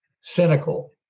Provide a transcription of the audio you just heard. cynical